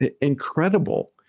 incredible